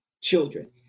children